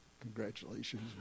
congratulations